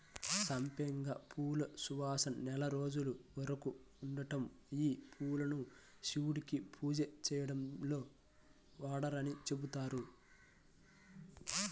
సంపెంగ పూల సువాసన నెల రోజుల వరకు ఉంటదంట, యీ పూలను శివుడికి పూజ చేయడంలో వాడరని చెబుతారు